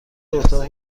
اتاق